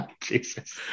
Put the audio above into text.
Jesus